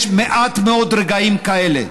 יש מעט מאוד רגעים כאלה,